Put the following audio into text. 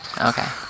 Okay